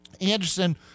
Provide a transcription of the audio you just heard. Anderson